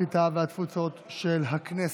הקליטה והתפוצות של הכנסת.